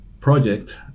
project